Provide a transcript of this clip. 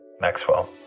Maxwell